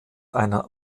einer